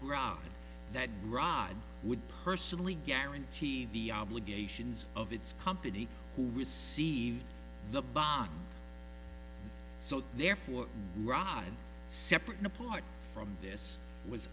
ground that grodd would personally guarantee the obligations of its company who received the bond so therefore rod separate and apart from this was